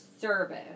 Service